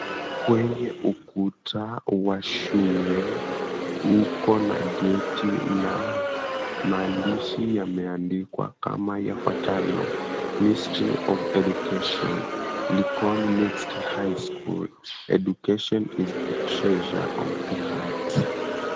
Kwenye ukuta wa shule uko na geti na maandishi yameandikwa kama yafuatayo, Ministry of Education Likoni Mixed High School, Education is the Treasure of the Heart.